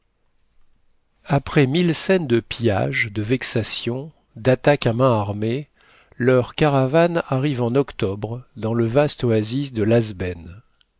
après mille scènes de pillage de vexations d'attaques à main armée leur caravane arrive en octobre dans le vaste oasis de